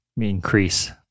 increase